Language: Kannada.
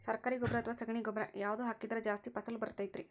ಸರಕಾರಿ ಗೊಬ್ಬರ ಅಥವಾ ಸಗಣಿ ಗೊಬ್ಬರ ಯಾವ್ದು ಹಾಕಿದ್ರ ಜಾಸ್ತಿ ಫಸಲು ಬರತೈತ್ರಿ?